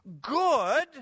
Good